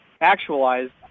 actualized